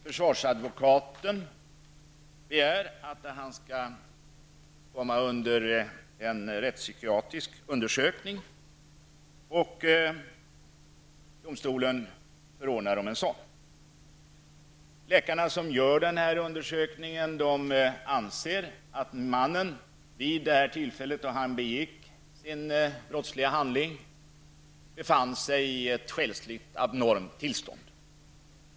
Försvarsadvokaten begär att den gripne skall komma under en rättspsykiatrisk undersökning, och domstolen förordnar om en sådan. Läkarna som gör undersökningen anser att mannen vid det tillfälle då han begick den brottsliga handlingen befann sig i ett själsligt abnormt tillstånd.